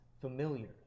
familiar